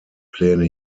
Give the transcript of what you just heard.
pläne